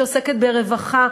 שעוסקת ברווחה,